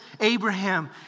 Abraham